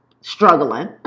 struggling